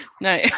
No